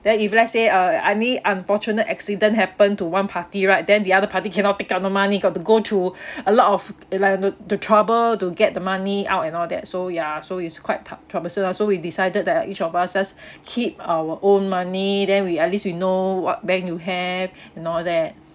then if let's say uh any unfortunate accident happen to one party right then the other party cannot take out the money got to go to a lot of uh like the the trouble to get the money out and all that so ya so is quite trou~ troublesome lah so we decided that each of us just keep our own money then we at least we know what bank you have and all that